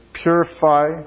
purify